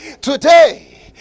today